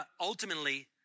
ultimately